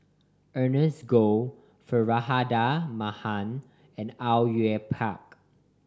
Ernest Goh Faridah Hanum and Au Yue Pak